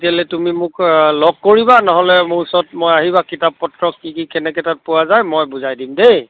তেতিয়াহ'লে তুমি মোক লগ কৰিবা নহ'লে মোৰ ওচৰত মই আহিবা কিতাপ পত্ৰ কি কি কেনেকৈ তাত পোৱা যায় মই বুজাই দিম দেই